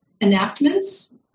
enactments